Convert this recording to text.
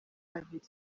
babiri